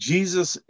Jesus